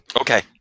Okay